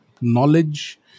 knowledge